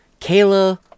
Kayla